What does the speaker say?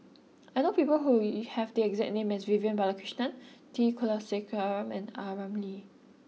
I know people who have the exact name as Vivian Balakrishnan T Kulasekaram and A Ramli